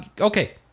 Okay